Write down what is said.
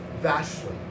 vastly